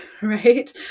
right